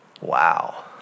Wow